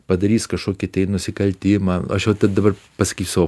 padarys kažkokį tai nusikaltimą aš vat dabar pasakysiu savo